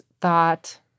thought